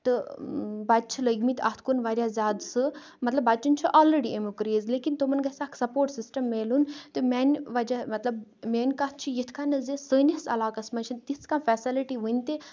تہٕ بَچہِ چھِ لٔگمٕتۍ اتھ کُن واریاہ زیادٕ سُہ مطلب بَچَن چھُ آلرٔڈی امیُٚک کریز لیکِن تِمَن گَژھِ اکھ سَپوٹ سِسٹم میلُن تہ مِیانہِ وجہ مطلب میٲنۍ کتھ چھِ یِتھ کٔنتھ زِ سٲنِس علاقَس منٛز چھنہٕ تِژھ کانٛہہ فیسلٹی وٕنہِ تہِ